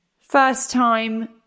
first-time